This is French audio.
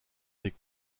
des